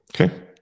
Okay